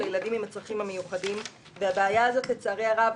לצערי הרב,